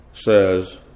Says